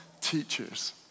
teachers